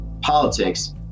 politics